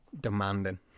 Demanding